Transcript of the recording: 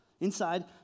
Inside